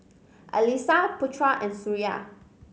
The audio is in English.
Alyssa Putra and Suria